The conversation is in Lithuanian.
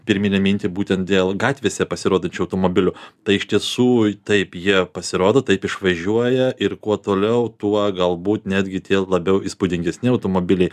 pirminę mintį būtent dėl gatvėse pasirodančių automobilių tai iš tiesų taip jie pasirodo taip išvažiuoja ir kuo toliau tuo galbūt netgi labiau įspūdingesni automobiliai